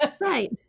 Right